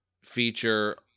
feature